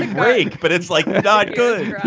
like brake, but it's like god could